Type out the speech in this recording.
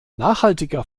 nachhaltiger